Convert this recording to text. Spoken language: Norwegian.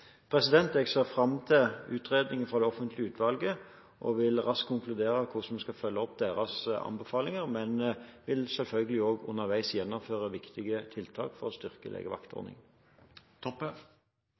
Jeg ser fram til utredningen fra det offentlige utvalget, og vil raskt konkludere med hvordan vi skal følge opp deres anbefalinger, men vil selvfølgelig også underveis gjennomføre viktige tiltak for å styrke